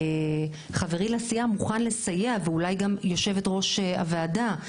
חברי לסיעה, מוכן לסייע, ואולי גם יו"ר הוועדה,